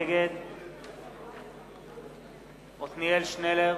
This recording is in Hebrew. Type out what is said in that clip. נגד עתניאל שנלר,